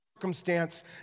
circumstance